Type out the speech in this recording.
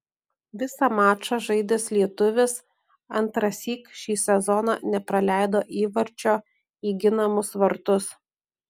visą mačą žaidęs lietuvis antrąsyk šį sezoną nepraleido įvarčio į ginamus vartus